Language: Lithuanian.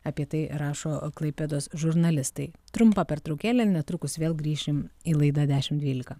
apie tai rašo klaipėdos žurnalistai trumpą pertraukėlė netrukus vėl grįšim į laidą dešimt dvylika